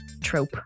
trope